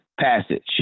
passage